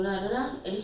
you went